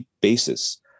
basis